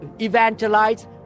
evangelize